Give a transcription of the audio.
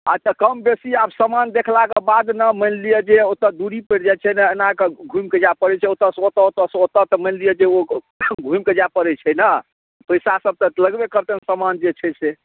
अच्छा कम बेसी आब समान देखलाक बाद ने मानि लिअ जे ओत्तऽ दूरी परि जाइ छै ने एनाकऽ घुमि के जाइ परै छै ओत्तऽ सऽ ओत्तऽ ओत्तऽ सऽ ओत्तऽ मानि लिअ जे घुमि के जाय पड़ै छै ने पैसा सब तऽ लगबे करतै समान जे छै से